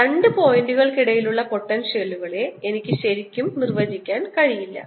അതിനാൽ രണ്ട് പോയിന്റുകൾക്കിടയിലുള്ള പൊട്ടൻഷ്യലുകളെ എനിക്ക് ശരിക്കും നിർവ്വചിക്കാൻ കഴിയില്ല